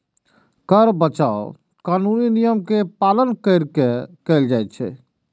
कर बचाव कानूनी नियम के पालन कैर के कैल जाइ छै